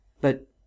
But—